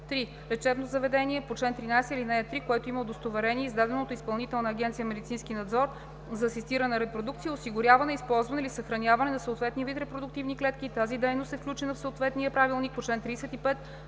3. лечебно заведение по чл. 13, ал. 3, което има удостоверение, издадено от Изпълнителна агенция „Медицински надзор“ за асистирана репродукция, осигуряване, използване или съхраняване на съответния вид репродуктивни клетки и тази дейност е включена в съответния правилник по чл. 35,